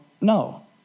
no